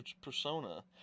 persona